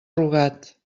rugat